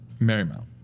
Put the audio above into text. Marymount